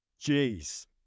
Jeez